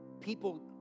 people